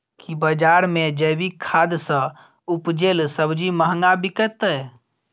की बजार मे जैविक खाद सॅ उपजेल सब्जी महंगा बिकतै?